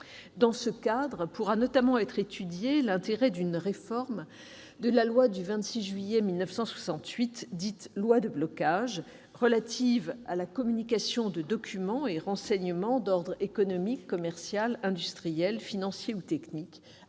Dans ce cadre, on pourra notamment évaluer l'intérêt d'une réforme de la loi du 26 juillet 1968, dite « loi de blocage », relative à la communication de documents et renseignements d'ordre économique, commercial, industriel, financier ou technique